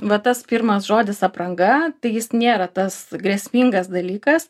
va tas pirmas žodis apranga tai jis nėra tas grėsmingas dalykas